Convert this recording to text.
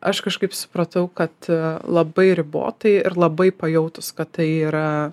aš kažkaip supratau kad labai ribotai ir labai pajautus kad tai yra